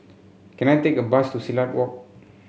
can I take a bus to Silat Walk